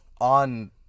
on